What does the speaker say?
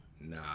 Nah